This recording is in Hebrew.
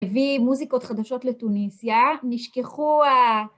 הביא מוזיקות חדשות לטוניסיה, נשכחו ה...